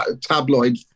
tabloid